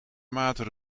maten